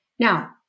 Now